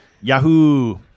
Yahoo